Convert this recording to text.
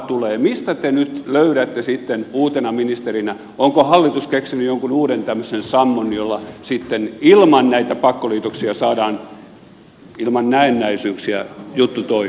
mistä te nyt löydätte sitten uutena ministerinä onko hallitus keksinyt jonkun uuden tämmöisen sammon jolla sitten ilman näitä pakkoliitoksia saadaan ilman näennäisyyksiä juttu toimimaan